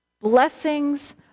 blessings